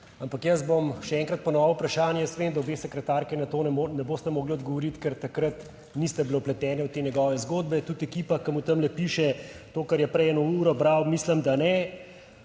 ampak jaz bom še enkrat ponovil vprašanje. Jaz vem, da obe sekretarki na to ne bosta mogli odgovoriti, ker takrat nista bili vpleteni v te njegove zgodbe. Tudi ekipa, ki mu tamle piše to, kar je prej 1 uro bral, mislim, da ne,